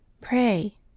Pray